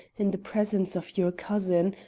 in the presence of your cousin,